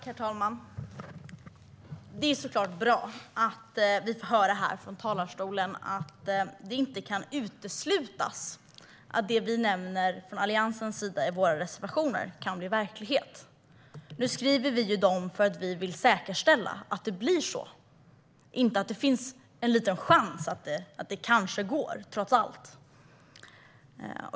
Herr talman! Det är såklart bra att vi från talarstolen får höra att det inte kan uteslutas att det Alliansen nämner i sina reservationer kan bli verklighet. Vi skriver dessa reservationer för att säkerställa att det blir så, inte för att det finns en liten chans att det kanske går - trots allt.